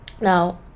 Now